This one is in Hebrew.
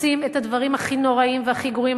עושים את הדברים הכי נוראיים והכי גרועים.